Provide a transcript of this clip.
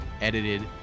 edited